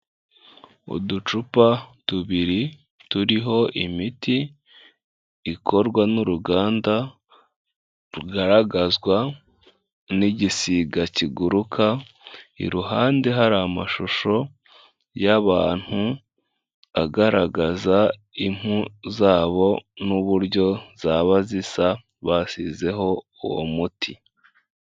Uducupa tubiri turiho imiti ikorwa n' uruganda rugaragazwa n'igisiga kiguruka, iruhande hari amashusho y'abantu, agaragaza impu zabo n'uburyo zaba zisa basizeho uwo muti.